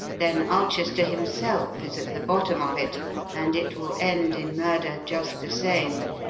then ulchester himself is at the bottom of it and it will end in murder just the same.